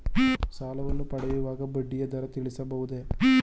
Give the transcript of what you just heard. ಸಾಲವನ್ನು ಪಡೆಯುವಾಗ ಬಡ್ಡಿಯ ದರ ತಿಳಿಸಬಹುದೇ?